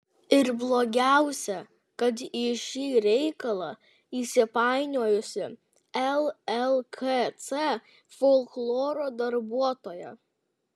ir blogiausia kad į šį reikalą įsipainiojusi llkc folkloro darbuotoja